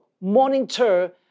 monitor